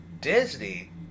Disney